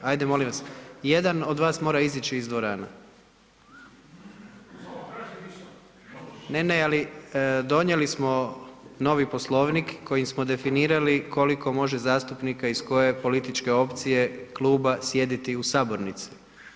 Hajde molim vas, jedan od vas mora izići iz dvorane. ... [[Upadica se ne čuje.]] Ne, ne, ali donijeli smo novi Poslovnik kojim smo definirali koliko može zastupnika iz koje političke opcije, kluba sjediti u sabornici.